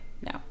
No